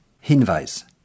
Hinweis